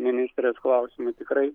ministrės klausimo tikrai